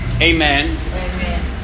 Amen